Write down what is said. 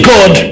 God